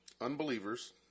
Unbelievers